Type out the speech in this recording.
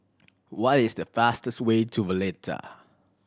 what is the fastest way to Valletta